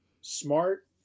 smart